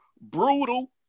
brutal